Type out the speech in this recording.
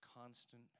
constant